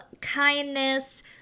kindness